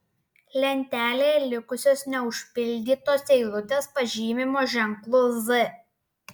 lentelėje likusios neužpildytos eilutės pažymimos ženklu z